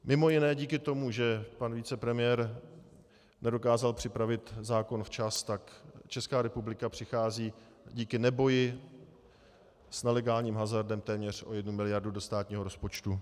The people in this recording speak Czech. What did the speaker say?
Mimo jiné díky tomu, že pan vicepremiér nedokázal připravit zákon včas, tak Česká republika přichází díky neboji s nelegálním hazardem téměř o jednu miliardu do státního rozpočtu.